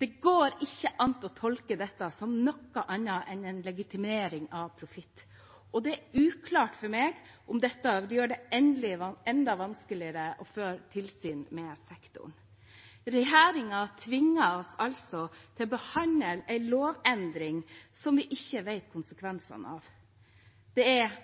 Det går ikke an å tolke dette som noe annet enn en legitimering av profitt. Og det er uklart for meg om dette gjør det enda vanskeligere å føre tilsyn med sektoren. Regjeringen tvinger oss altså til å behandle en lovendring som vi ikke vet konsekvensene av. Det er